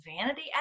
vanity